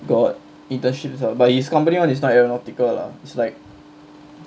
got internships uh but his company one is not aeronautical lah it's like